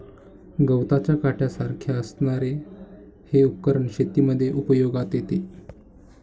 गवताच्या काट्यासारख्या असणारे हे उपकरण शेतीमध्ये उपयोगात येते